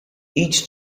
each